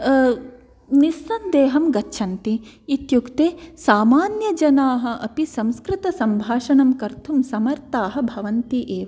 निसन्देहं गच्छन्ति इत्युक्ते सामान्यजनाः अपि संस्कृतसम्भाषणं कर्तुं समर्थाः भवन्ति एव